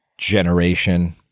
generation